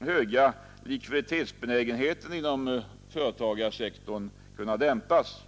höga likviditetsbenägenheten inom företagarsektorn kunna dämpas.